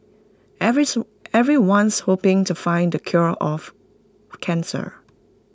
everyone's hoping to find the cure of cancer